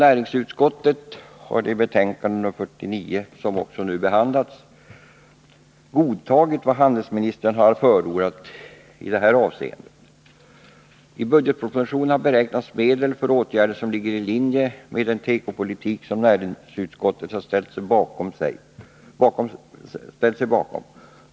Näringsutskottet har i betänkande nr 47, som också behandlas nu, godtagit vad handelsministern har förordat i det här avseendet. I budgetpropositionen har beräknats medel för åtgärder som ligger i linje med den tekopolitik som näringsutskottet har ställt sig bakom.